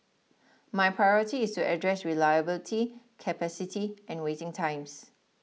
my priority is to address reliability capacity and waiting times